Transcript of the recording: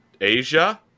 Asia